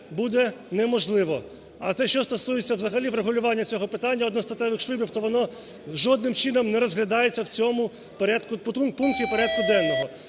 буде неможливо. А те, що стосується взагалі врегулювання цього питання - одностатевих шлюбів, - то воно жодним чином не розглядається у цьому пункті порядку денного.